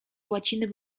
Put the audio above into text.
łaciny